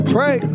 Pray